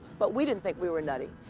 but we didn't think we were nutty,